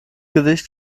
gedicht